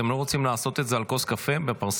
אתם לא רוצים לעשות את זה על כוס קפה בפרסה?